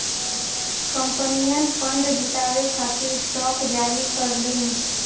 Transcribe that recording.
कंपनियन फंड जुटावे खातिर स्टॉक जारी करलीन